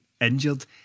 injured